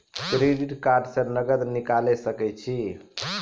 Credit card से नगद निकाल सके छी?